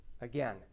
again